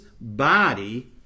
body